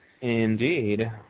Indeed